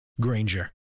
Granger